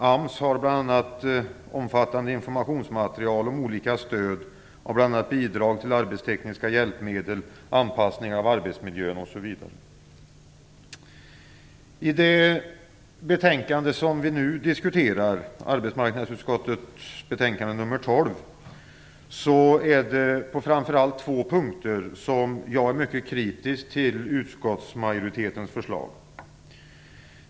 AMS har bl.a. omfattande informationsmaterial om olika stöd, bl.a. bidrag till arbetstekniska hjälpmedel och anpassning av arbetsmiljön. I det betänkande som vi nu diskuterar, AU12, är det framför allt på två punkter som jag är mycket kritisk till utskottsmajoritetens förslag.